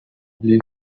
blue